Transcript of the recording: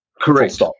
correct